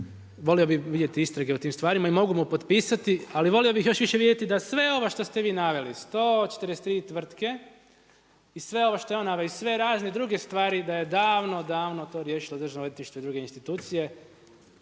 volio bih vidjeti istrage u tim stvarima i mogu mu potpisati. Ali volio bih još više vidjeti da sve ovo što ste vi naveli 143 tvrtke i sve ovo što je on naveo i sve razne druge stvari da je davno, davno to riješilo Državno odvjetništvo i druge institucije